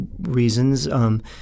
reasons